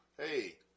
Hey